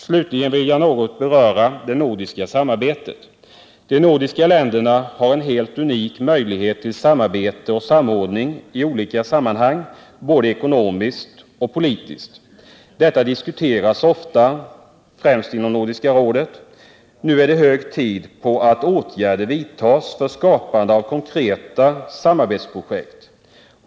Slutligen vill jag något beröra det nordiska samarbetet. De nordiska länderna har en helt unik möjlighet till samarbete och samordning i olika sammanhang, både ekonomiskt och politiskt. Detta diskuteras ofta, främst i Nordiska rådet. Nu är det hög tid att åtgärder vidtas för att skapa konkreta samarbetsprojekt.